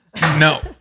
no